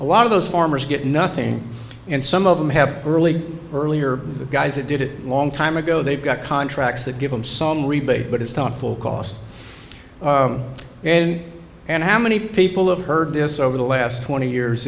of those farmers get nothing and some of them have early earlier the guys who did it a long time ago they've got contracts that give them some rebate but it's not full cost and and how many people have heard this over the last twenty years